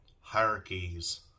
hierarchies